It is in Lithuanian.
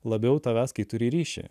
labiau tavęs kai turi ryšį